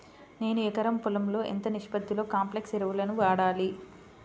నేను ఎకరం పొలంలో ఎంత నిష్పత్తిలో కాంప్లెక్స్ ఎరువులను వాడాలి?